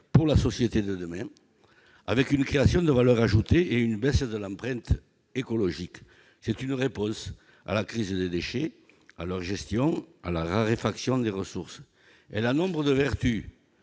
pour la société de demain, avec une création de valeur ajoutée et une baisse de l'empreinte écologique. Elle est une réponse à la crise des déchets, à la nécessité de les gérer, à la raréfaction des ressources. Mais si elle a nombre de vertus,